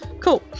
cool